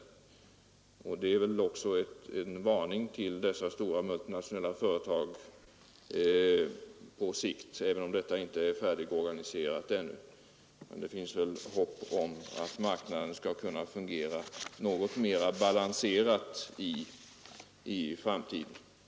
Det är väl också en varning till stora multinationella företag på sikt även om det inte är färdigorganiserat ännu. Det finns hopp om att marknaden skall kunna fungera något mera balanserat i framtiden.